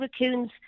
raccoons